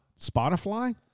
Spotify